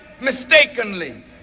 mistakenly